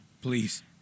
Please